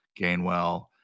Gainwell